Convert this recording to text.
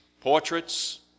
portraits